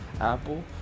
Apple